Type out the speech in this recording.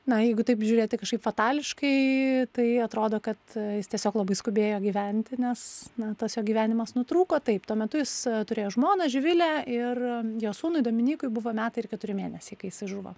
na jeigu taip žiūrėti kažkaip fatališkai tai atrodo kad jis tiesiog labai skubėjo gyventi nes na tas jo gyvenimas nutrūko taip tuo metu jis turėjo žmoną živilę ir jo sūnui dominykui buvo metai ir keturi mėnesiai kai jisai žuvo